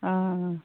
অঁ অঁ